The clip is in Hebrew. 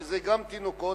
זה גם תינוקות,